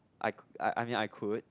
I I mean I could